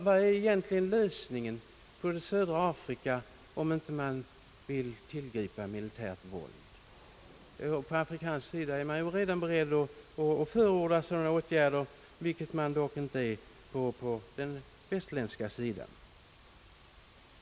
Vad är egentligen lösningen för södra Afrika om man inte vill tillgripa militärt våld? På afrikansk sida är man på sina håll redan beredd att förorda sådana åtgärder, vilket man dock inte är på västerländsk sida.